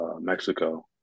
Mexico